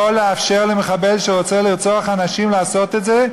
לאפשר למחבל שרוצה לרצוח אנשים לעשות את זה,